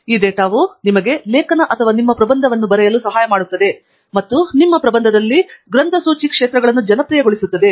ಈ ಡೇಟಾವು ನಿಮಗೆ ಲೇಖನ ಅಥವಾ ನಿಮ್ಮ ಪ್ರಬಂಧವನ್ನು ಬರೆಯಲು ಸಹಾಯ ಮಾಡುತ್ತದೆ ಮತ್ತು ನಿಮ್ಮ ಪ್ರಬಂಧದಲ್ಲಿ ಗ್ರಂಥಸೂಚಿ ಕ್ಷೇತ್ರಗಳನ್ನು ಜನಪ್ರಿಯಗೊಳಿಸುತ್ತದೆ